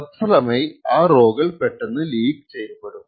തത്ഫലമായി ആ റോകൾ പെട്ടെന്ന് ലീക്ക് ചെയ്യപ്പെടും